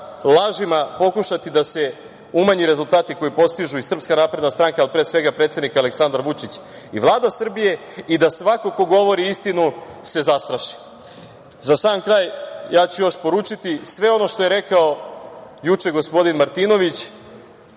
lažima pokušati da se umanje rezultati koje postiže SNS, ali pre svega predsednik Aleksandar Vučić i Vlada Srbije i da svako ko govori istinu se zastraši.Za sam kraj, ja ću još poručiti sve ono što je rekao juče gospodin Martinović,